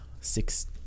six